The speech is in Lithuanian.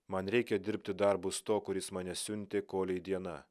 man reikia dirbti darbus to kuris mane siuntė kolei diena